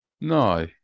No